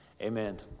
amen